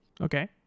Okay